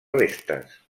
restes